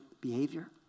behavior